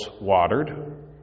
watered